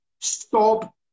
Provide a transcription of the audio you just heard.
stop